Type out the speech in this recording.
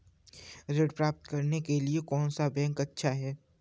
ऋण प्राप्त करने के लिए कौन सा बैंक अच्छा है?